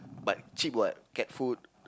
but cheap [what] cat food